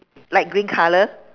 light green colour